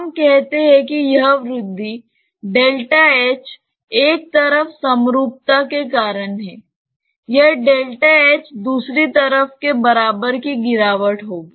हम कहते हैं कि यह वृद्धि एक तरफ समरूपता के कारण है यह दूसरी तरफ के बराबर की गिरावट होगी